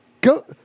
go